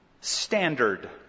standard